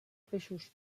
peixos